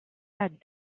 had